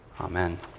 Amen